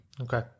Okay